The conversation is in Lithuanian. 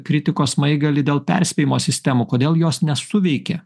kritikos smaigalį dėl perspėjimo sistemų kodėl jos nesuveikė